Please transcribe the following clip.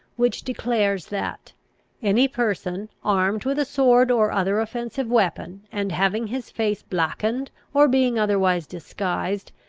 which declares that any person, armed with a sword, or other offensive weapon, and having his face blackened, or being otherwise disguised,